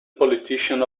politician